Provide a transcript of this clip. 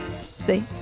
See